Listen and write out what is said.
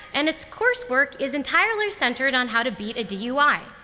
and its coursework is entirely centered on how to beat a dui.